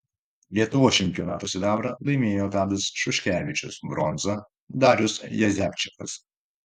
lietuvos čempionato sidabrą laimėjo tadas šuškevičius bronzą darius jazepčikas